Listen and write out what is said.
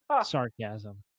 Sarcasm